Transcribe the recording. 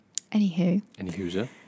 Anywho